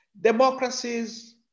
democracies